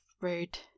rude